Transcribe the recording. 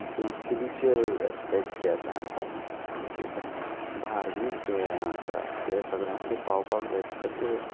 किंवा spiritual aspect जे आसा आमचे ओके धार्मीक जे आसा ते सगळ्यां फुडें पावपाक जाय तशें